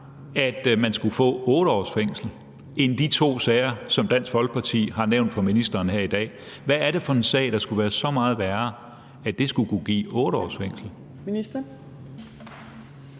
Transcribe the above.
at man skulle få 8 års fængsel, end de to sager, som Dansk Folkeparti har nævnt for ministeren her i dag? Hvad er det for en sag, der skulle være så meget værre, at det skulle kunne give 8 års fængsel?